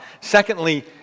Secondly